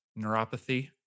neuropathy